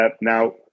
Now